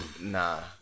nah